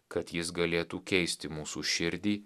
kad jis galėtų keisti mūsų širdį